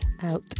out